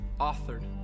authored